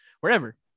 wherever